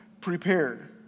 prepared